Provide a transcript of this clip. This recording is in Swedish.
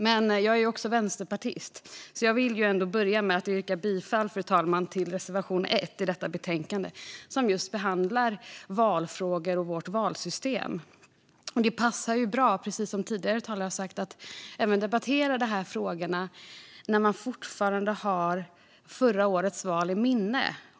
Men jag är också vänsterpartist, fru talman, så jag vill ändå yrka bifall till reservation 1 i detta betänkande, som behandlar just valfrågor och vårt valsystem. Det passar ju bra, som tidigare talare sagt, att vi debatterar de här frågorna när vi fortfarande har förra årets val i minnet.